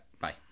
bye